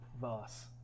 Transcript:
Voss